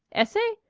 essay?